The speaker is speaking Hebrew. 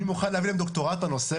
אני מוכן להביא להם דוקטורט בנושא,